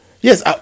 Yes